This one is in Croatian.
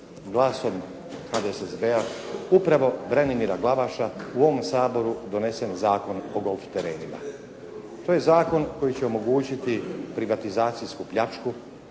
glasom HDSSB-a, upravo Branimira Glavaša, u ovom Saboru donesen Zakon o golf terenima. To je zakon koji će omogućiti privatizacijsku pljačku